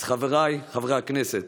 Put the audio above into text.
אז חבריי חברי הכנסת,